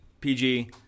PG